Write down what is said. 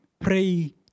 pray